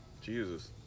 Jesus